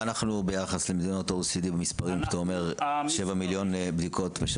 איך אנחנו ביחס למדינות ה-OECD מבחינת מספרי הבדיקות?